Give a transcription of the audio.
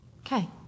Okay